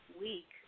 week